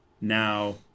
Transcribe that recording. now